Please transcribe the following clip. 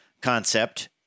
concept